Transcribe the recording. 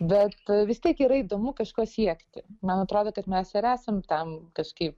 bet vis tiek yra įdomu kažko siekti man atrodo kad mes ir esam tam kažkaip